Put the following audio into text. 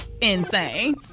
insane